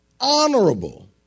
Honorable